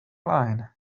line